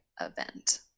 event